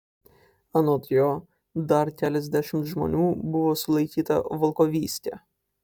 anot jo dar keliasdešimt žmonių buvo sulaikyta volkovyske